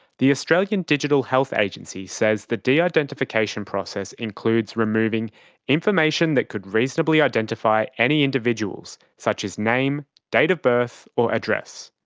the australian digital health agency says the de-identification process includes removing information that could reasonably identify any individuals such as name, date of birth or address.